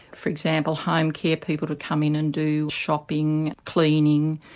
for example home care people come in and do shopping, cleaning,